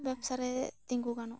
ᱵᱮᱵᱽᱥᱟᱨᱮ ᱛᱤᱸᱜᱩ ᱜᱟᱱᱚᱜ ᱟ